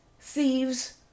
thieves